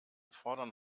fordern